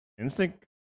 Instinct